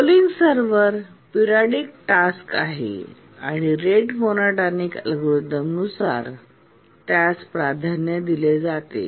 polling server periodic task आहे आणि rate monotonic अल्गोरिदमनुसार त्यास प्राधान्य दिले जाते